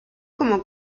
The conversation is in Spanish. como